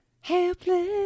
Helpless